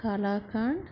kalakand